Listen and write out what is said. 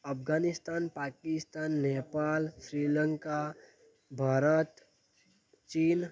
Afghanistan Pakistan Nepal Sri Lanka Bharat Chin